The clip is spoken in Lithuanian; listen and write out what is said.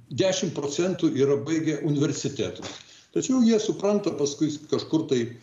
dešimt procentų yra baigę universitetus tačiau jie supranta paskui kažkur tai